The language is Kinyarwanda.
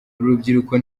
rubyiruko